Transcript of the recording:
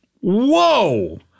Whoa